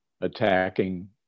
attacking